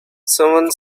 someone